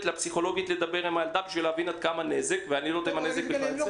לפסיכולוגית לדבר עם הילדה בשביל להבין כמה נזק נגרם לה.